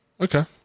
Okay